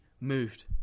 moved